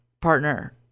partner